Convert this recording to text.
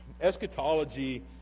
eschatology